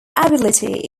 ability